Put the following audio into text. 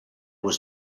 was